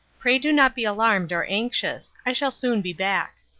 pray do not be alarmed or anxious. i shall soon be back.